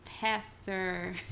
Pastor